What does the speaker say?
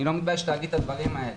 אני לא מתבייש להגיד את הדברים האלה,